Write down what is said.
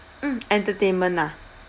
mm entertainment ah